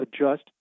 adjust